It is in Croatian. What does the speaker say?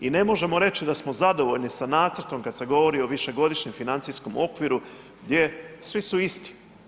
I ne možemo reći da smo zadovoljni sa nacrtom kada se govori o višegodišnjem financijskom okviru gdje su svi isti.